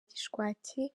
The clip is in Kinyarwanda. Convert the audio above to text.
gishwati